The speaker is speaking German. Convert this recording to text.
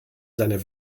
seiner